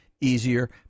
easier